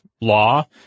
law